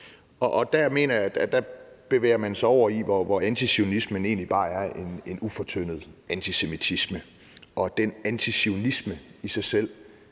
og der mener jeg, at man bevæger sig over i noget, hvor antizionismen egentlig bare er en ufortyndet antisemitisme. Den antizionisme er i sig selv